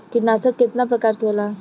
कीटनाशक केतना प्रकार के होला?